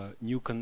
new